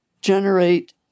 generate